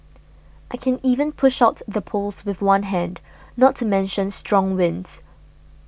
I can even push out the poles with one hand not to mention strong winds